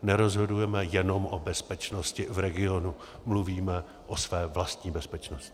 Nerozhodujeme jenom o bezpečnosti v regionu, mluvíme o své vlastní bezpečnosti.